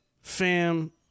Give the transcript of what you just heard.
Fam